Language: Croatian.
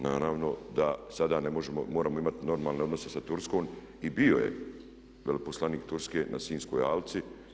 Naravno da sada ne možemo, moramo imati normalne odnose sa Turskom i bio je veleposlanik Turske na Sinjskoj alci.